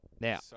Now